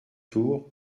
tour